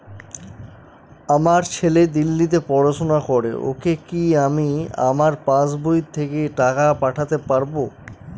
আমার ছেলে দিল্লীতে পড়াশোনা করে ওকে কি আমি আমার পাসবই থেকে টাকা পাঠাতে পারব?